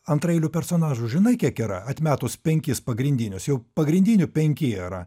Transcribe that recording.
antraeilių personažų žinai kiek yra atmetus penkis pagrindinius jau pagrindinių penki yra